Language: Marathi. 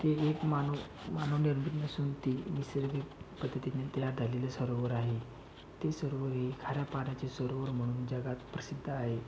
ते एक मानव मानवनिर्मित नसून ती नैसर्गिक पद्धतीने तयार झालेले सरोवर आहे ते सरोवर हे खाऱ्या पाण्याचे सरोवर म्हणून जगात प्रसिद्ध आहे